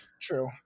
True